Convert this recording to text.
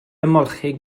ymolchi